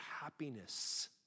happiness